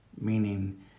meaning